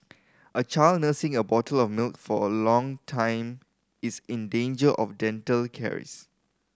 a child nursing a bottle of milk for a long time is in danger of dental caries